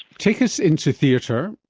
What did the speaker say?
take us into theatre,